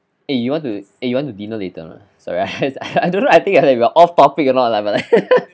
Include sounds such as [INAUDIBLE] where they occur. eh you want to eh you want to dinner later or not sorry I [LAUGHS] I don't know I think I like we're off topic or not lah but like [LAUGHS]